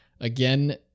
again